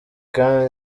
kandi